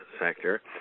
sector